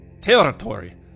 territory